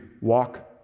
walk